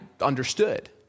understood